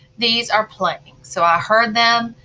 these are playing, so i heard them.